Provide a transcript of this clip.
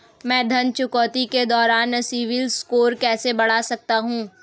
मैं ऋण चुकौती के दौरान सिबिल स्कोर कैसे बढ़ा सकता हूं?